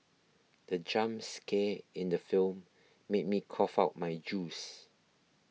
the jump scare in the film made me cough out my juice